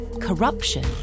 corruption